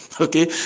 okay